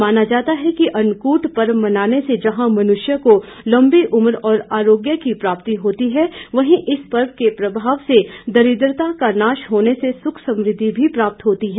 माना जाता है अन्नकूट पर्व मनाने से जहां मनुष्य को लंबी उम्र और आरोग्य की प्राप्ति होती है वहीं इस पर्व के प्रभाव से दरिद्वता का नाश होने से सुख समृद्धि भी प्राप्त होती है